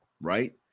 right